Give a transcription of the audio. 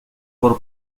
por